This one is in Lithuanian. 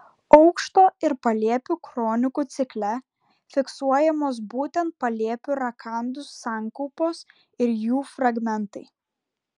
aukšto ir palėpių kronikų cikle fiksuojamos būtent palėpių rakandų sankaupos ir jų fragmentai